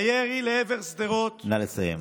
הירי לעבר שדרות, נא לסיים.